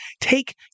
take